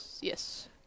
Yes